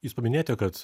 jūs paminėjote kad